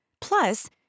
Plus